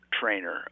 trainer